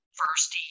first